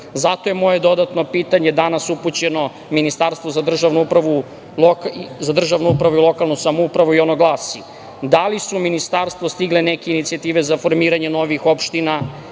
je moje dodatno pitanje danas upućeno Ministarstvo za državnu upravu i lokalnu samoupravu i ono glasi – da li su u ministarstvo stigle neke inicijative za formiranje novih opština